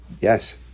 yes